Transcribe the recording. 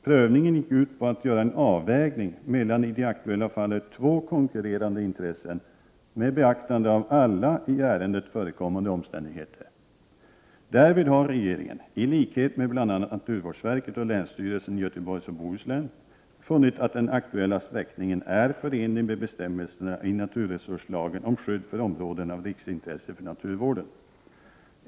Prövningen gick ut på att göra en avvägning mellan i det aktuella fallet två konkurrerande intressen med beaktande av alla i ärendet förekommande omständigheter. Därvid har regeringen, i likhet med bl.a. naturvårdsverket och länsstyrelsen i Göteborgs och Bohus län, funnit att den aktuella sträckningen är förenlig med bestämmelserna i naturresurslagen om skydd för områden av riksintresse för naturvården.